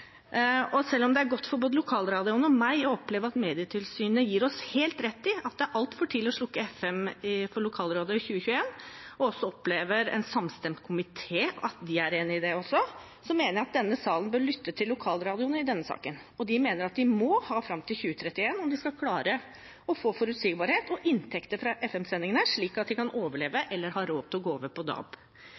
Selv om det er godt for både lokalradioene og meg å oppleve at Medietilsynet gir oss helt rett i at det er altfor tidlig å slukke FM for lokalradio i 2021, og også oppleve at en samstemt komité er enig i det, mener jeg denne salen bør lytte til lokalradioene i denne saken. De mener at de må ha fram til 2031 om de skal klare å få forutsigbarhet og inntekter fra FM-sendingene, slik at de kan overleve eller ha råd til å gå over til DAB.